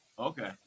Okay